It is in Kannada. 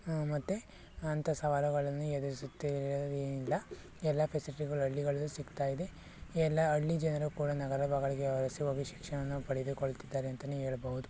ಮತ್ತೆ ಅಂಥ ಸವಾಲುಗಳನ್ನು ಎದುರಿಸುತ್ತಿಆರಿಂದ ಎಲ್ಲ ಫೆಸಿಲಿಟಿಗಳು ಹಳ್ಳಿಗಳಲ್ಲಿ ಸಿಗ್ತಾ ಇದೆ ಎಲ್ಲ ಹಳ್ಳಿ ಜನರು ಕೂಡ ನಗರ ಭಾಗಳಿಗೆ ವಲಸೆ ಹೋಗಿ ಶಿಕ್ಷಣನ್ನು ಪಡೆದುಕೊಳ್ತಿದ್ದಾರೆ ಅಂತಾನೇ ಹೇಳ್ಬಹುದು